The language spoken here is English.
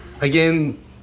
Again